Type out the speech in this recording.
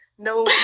No